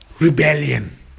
Rebellion